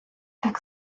так